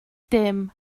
dim